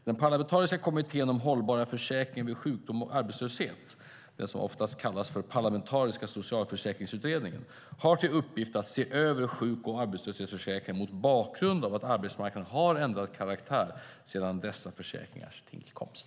Den parlamentariska Kommittén om hållbara försäkringar vid sjukdom och arbetslöshet, som oftast kallas Parlamentariska socialförsäkringsutredningen, har till uppgift att se över sjuk och arbetslöshetsförsäkringarna mot bakgrund av att arbetsmarknaden har ändrat karaktär sedan dessa försäkringars tillkomst.